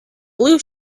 blue